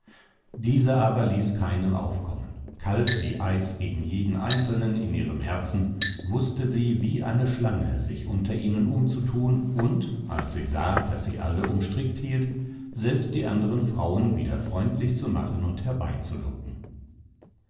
diese aber ließ keinen aufkommen kalt wie eis gegen jeden einzelnen in ihrem herzen wußte sie wie eine schlange sich unter ihnen umzutun und als sie sah daß sie alle umstrickt hielt selbst die anderen frauen wieder freundlich zu machen und herbeizulocken